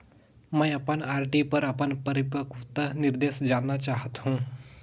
मैं अपन आर.डी पर अपन परिपक्वता निर्देश जानना चाहत हों